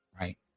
right